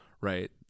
Right